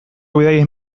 bidaien